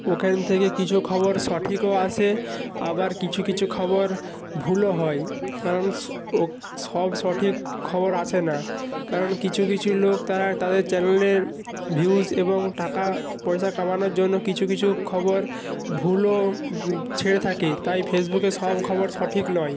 ওখান থেকে কিছু খবর সঠিকও আসে আবার কিছু কিছু খবর ভুলও হয় কারণ স্ ও সব সঠিক খবর আসে না কারণ কিছু কিছু লোক তারা তাদের চ্যানেলের ভিউস এবং টাকা পয়সা কামানোর জন্য কিছু কিছু খবর ভুলও ছেড়ে থাকে তাই ফেসবুকে সব খবর সঠিক নয়